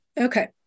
Okay